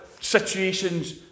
situations